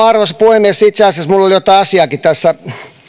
arvoisa puhemies itse asiassa minulla oli jotain asiaakin tässä